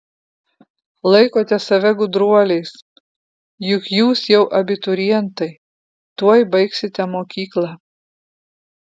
laikote save gudruoliais juk jūs jau abiturientai tuoj baigsite mokyklą